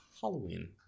Halloween